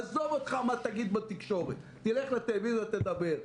עזוב אותך מה תגיד בתקשורת תלך לטלוויזיה ותדבר.